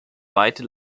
weite